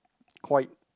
quite